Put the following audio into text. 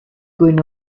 going